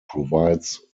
provides